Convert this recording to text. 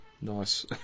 Nice